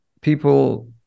people